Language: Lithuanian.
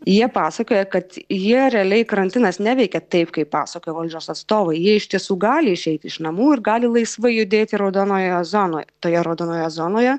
jie pasakoja kad jie realiai karantinas neveikia taip kaip pasakoja valdžios atstovai jie iš tiesų gali išeiti iš namų ir gali laisvai judėti raudonojoje zonoje toje raudonoje zonoje